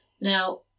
Now